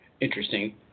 Interesting